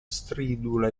stridula